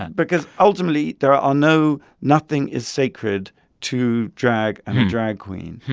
because, ultimately, there are no nothing is sacred to drag and a drag queen.